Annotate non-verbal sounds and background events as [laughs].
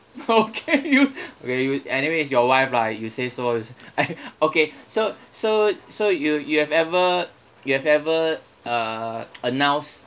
okay you okay you anyway it's your wife lah you says so I was [laughs] okay so so so you you have ever you have ever uh [noise] announced